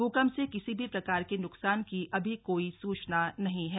भूकंप से किसी भी प्रकार के नुकसान की अभी कोई सूचना नहीं है